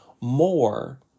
more